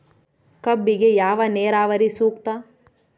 ಕಬ್ಬಿಗೆ ಯಾವ ನೇರಾವರಿ ಸೂಕ್ತ?